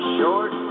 Short